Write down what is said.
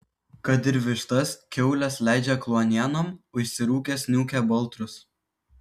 kad ir vištas kiaules leidžia kluonienon užsirūkęs niūkia baltrus